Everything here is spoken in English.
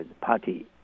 Party